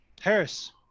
Harris